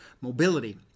Mobility